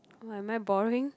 oh am I boring